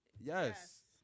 Yes